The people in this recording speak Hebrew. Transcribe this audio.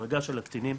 החרגה של הקטינים,